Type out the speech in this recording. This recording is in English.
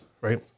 right